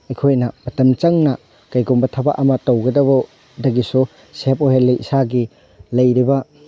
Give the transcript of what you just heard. ꯑꯩꯈꯣꯏꯅ ꯃꯇꯝ ꯆꯪꯅ ꯀꯩꯒꯨꯝꯕ ꯊꯕꯛ ꯑꯃ ꯇꯧꯒꯗꯧꯕꯗꯒꯤꯁꯨ ꯁꯦꯞ ꯑꯣꯏꯍꯜꯂꯤ ꯏꯁꯥꯒꯤ ꯂꯩꯔꯤꯕ